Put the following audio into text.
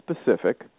specific